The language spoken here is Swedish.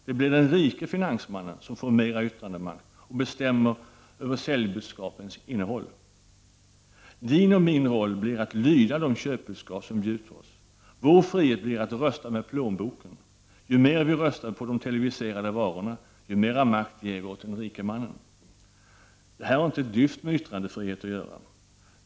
Det blir den rike finansmannen som får mer yttrandemakt och bestämmer över säljbudskapets innehåll. Din och min roll blir att lyda de köpbudskap som bjuds oss. Vår frihet blir att rösta med plånboken. Ju mer vi röstar på de televiserade varorna, desto mer makt ger vi den rike mannen. Detta har inte ett dyft med yttrandefriheten att göra.